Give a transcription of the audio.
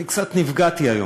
אני קצת נפגעתי היום.